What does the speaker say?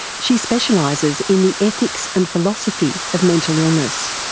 she specialises in the ethics and philosophy of mental illness.